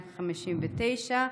259),